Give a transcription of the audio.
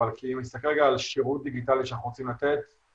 כי אם נסתכל על שירות דיגיטלי שאנחנו רוצים לתת